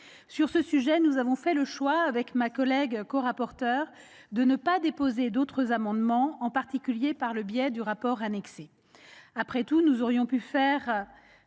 Sur ce sujet, nous avons fait le choix, avec ma collègue Agnès Canayer, de ne pas déposer d'amendements, en particulier sur le rapport annexé. Après tout, nous aurions pu faire